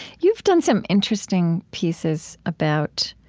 you've done some interesting pieces about